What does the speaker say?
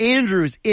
Andrews